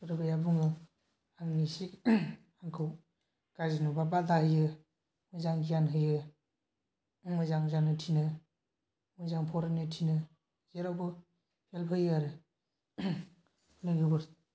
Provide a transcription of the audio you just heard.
सोरबाया बुङो आं इसे गावखौ गाज्रि नुब्ला बादा होयो मोजां गियान होयो मोजां जानो थिनो मोजां फरायनो थिनो जेरावबो हेल्प होयो आरो लोगोफोर